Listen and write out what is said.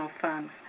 funds